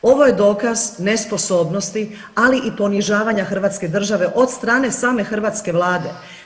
Ovo je dokaz nesposobnosti, ali i ponižavanja Hrvatske države od strane same hrvatske Vlade.